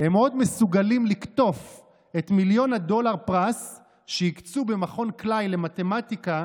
הם עוד מסוגלים לקטוף את פרס מיליון הדולר שהקצו במכון קליי למתמטיקה